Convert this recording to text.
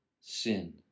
sin